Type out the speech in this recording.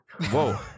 whoa